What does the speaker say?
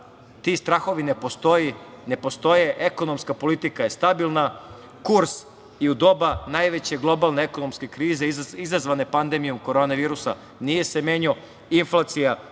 ti strahovi ne postoje. Ekonomska politika je stabilna, kurs i u doba najveće globalne ekonomske krize, izazvane pandemijom korone virusa nije se menjao, inflacija